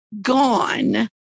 gone